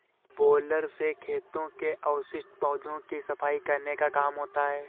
baler से खेतों के अवशिष्ट पौधों की सफाई करने का काम होता है